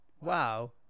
wow